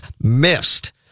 missed